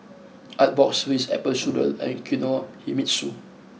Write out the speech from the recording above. Artbox Ritz Apple Strudel and Kinohimitsu